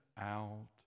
out